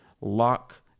lock